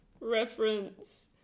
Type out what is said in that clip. reference